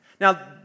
Now